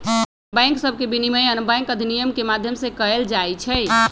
bank सभके विनियमन bank अधिनियम के माध्यम से कएल जाइ छइ